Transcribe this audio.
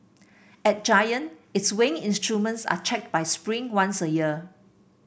at Giant its weighing instruments are checked by Spring once a year